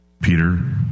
Peter